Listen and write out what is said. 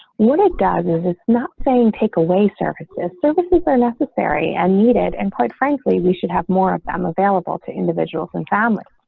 what it does is it's not saying take away services, services are necessary and needed. and quite frankly, we should have more of them available to individuals and families.